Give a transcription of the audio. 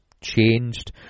changed